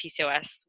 PCOS